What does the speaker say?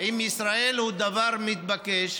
עם ישראל הוא דבר מתבקש,